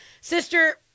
Sister